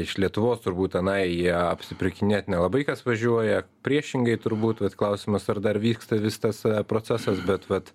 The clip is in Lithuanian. iš lietuvos turbūt tenai apsipirkinėt nelabai kas važiuoja priešingai turbūt vat klausimas ar dar vyksta vis tas procesas bet vat